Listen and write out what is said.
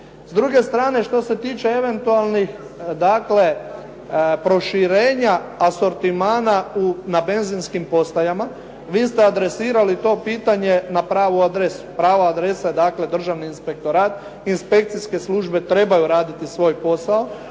S druge strane što se tiče eventualnih dakle, proširenje, asortimana na benzinskim postajama, vi ste adresirali to pitanje na pravu adresu. Prava adresa dakle, državni inspektorat, inspekcijske službe trebaju raditi svoj posao,